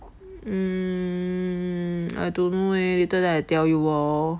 mm I don't know eh later then I tell you orh